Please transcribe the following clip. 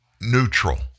neutral